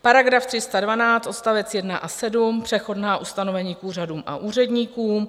§ 312, odst. 1 a 7 přechodná ustanovení k úřadům a úředníkům.